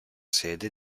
sede